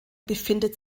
befindet